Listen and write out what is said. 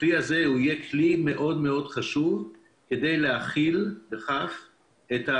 הכלי הזה יהיה כלי מאוד מאוד חשוב בשביל להכיל את המחלה.